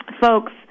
folks